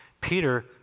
Peter